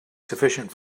sufficient